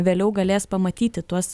vėliau galės pamatyti tuos